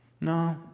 No